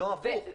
לא, הפוך.